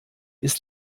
ist